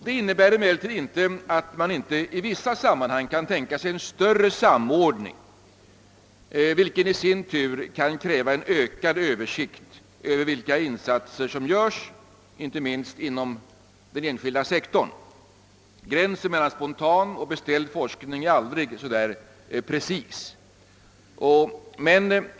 Detta innebär emellertid inte att man inte i vissa sammanhang kan tänka sig en större samordning, vilken i sin tur kan kräva en ökad översikt som anger vilka insatser som görs, inte minst inom den enskilda sektorn. Gränsen mellan spontan och beställd forskning är aldrig så särskilt preciserad.